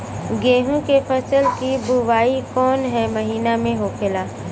गेहूँ के फसल की बुवाई कौन हैं महीना में होखेला?